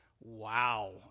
Wow